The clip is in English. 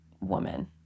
woman